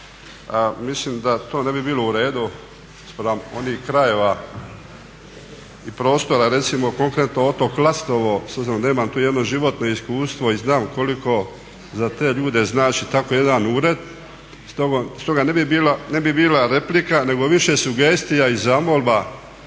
Mislim da to ne bi bilo u redu spram onih krajeva i prostora recimo konkretno otok Lastovo s obzirom da imam tu jedno životno iskustvo i znam koliko za te ljude znači tako jedan ured. Stoga ne bi bila replika nego više sugestija i zamolba